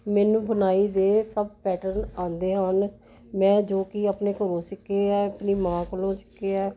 ਮੈਨੂੰ ਬੁਣਾਈ ਦੇ ਸਭ ਪੈਟਰਨ ਆਉਂਦੇ ਹਨ ਮੈਂ ਜੋ ਕਿ ਆਪਣੇ ਘਰੋਂ ਸਿੱਖੇ ਹੈ ਆਪਣੀ ਮਾਂ ਕੋਲੋਂ ਸਿੱਖੇ ਹੈ